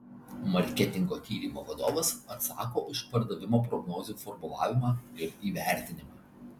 marketingo tyrimo vadovas atsako už pardavimo prognozių formulavimą ir įvertinimą